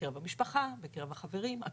בקרב המשפחה, בקרב החברים, עטופים.